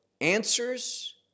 answers